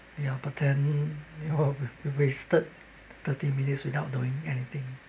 ya but then we all wasted thirty minutes without doing anything